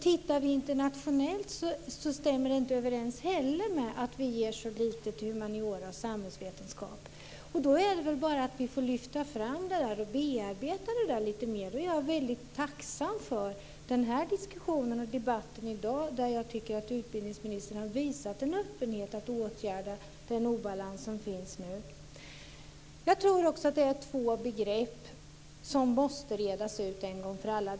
Det stämmer inte heller om man ser på det internationellt, att vi ger så lite till humaniora och samhällsvetenskap. Vi får lyfta fram det och bearbeta det lite mera. Jag är tacksam för debatten i dag. Utbildningsministern har visat en öppenhet för att åtgärda den obalans som finns. Det finns två begrepp som måste redas ut, en gång för alla.